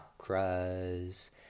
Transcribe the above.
chakras